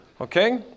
okay